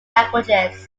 languages